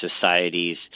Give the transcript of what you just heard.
societies